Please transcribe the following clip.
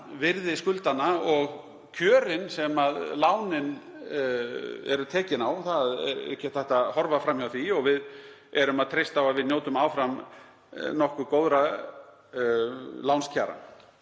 nafnvirði skuldanna og kjörin sem lánin eru tekin á. Það er ekki hægt að horfa fram hjá því. Við treystum á að við njótum áfram nokkuð góðra lánskjara.